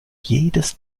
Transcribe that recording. jedes